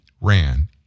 ran